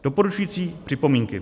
Doporučující připomínky.